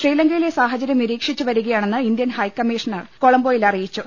ശ്രീലങ്കയിലെ സാഹചര്യം നിരീക്ഷിച്ചു വരികയാണെന്ന് ഇന്ത്യൻ ഹൈക്കമ്മീഷൻ കൊളംബോയിൽ അറിയിച്ചു